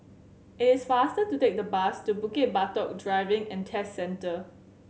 it is faster to take the bus to Bukit Batok Driving and Test Centre